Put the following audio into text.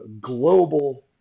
global